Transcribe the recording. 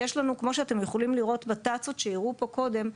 כמו שאתם יכולים לראות בתצ"אות שהראו פה קודם,